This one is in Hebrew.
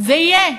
זה יהיה.